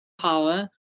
power